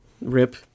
rip